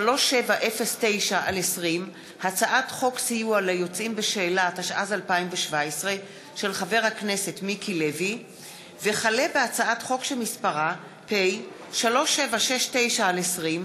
פ/3709/20 וכלה בהצעת חוק שמספרה פ/3769/20,